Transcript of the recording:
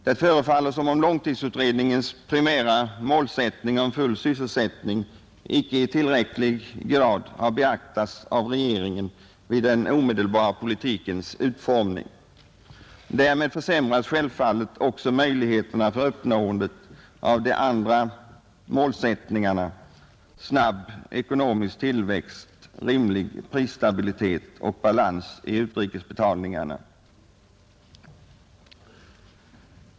Det förefaller som om långtidsutredningens primära målsättning om full sysselsättning inte i tillräcklig grad har beaktats av regeringen i den omedelbara politikens utformning. Därmed försämras självfallet möjligheterna för uppnåendet av de andra målsättningarna: snabb ekonomisk tillväxt, rimlig prisstabilitet och balans i utrikesbetalningarna.